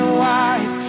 wide